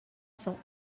cents